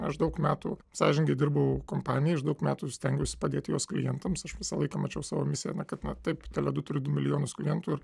aš daug metų sąžiningai dirbau kompanijai aš daug metų stengiausi padėti jos klientams aš visą laiką mačiau savo misiją kad taip tele du turiu du milijonus klientų ir